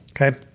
okay